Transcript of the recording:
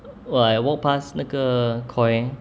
!wah! I walk past 那个 koi